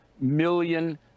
million